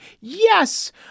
Yes